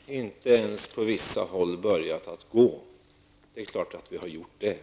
Herr talman! Margitta Edgren säger att man på vissa håll inte ens har börjat gå denna väg. Det är klart att man har gjort det